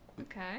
Okay